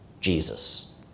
Jesus